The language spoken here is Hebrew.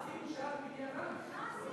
מה עשינו שזה מגיע לנו?